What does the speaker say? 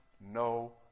no